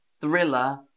thriller